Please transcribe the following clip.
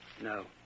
No